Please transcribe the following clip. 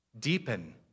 deepen